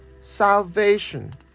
salvation